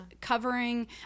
covering